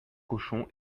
cochons